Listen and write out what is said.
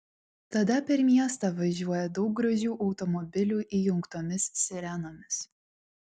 tada per miestą važiuoja daug gražių automobilių įjungtomis sirenomis